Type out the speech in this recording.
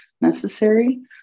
necessary